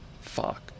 fuck